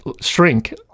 shrink